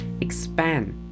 expand